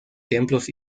templos